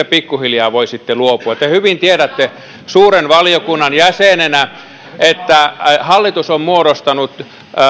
pikkuhiljaa voisitte luopua te hyvin tiedätte suuren valiokunnan jäsenenä että hallitus on muodostanut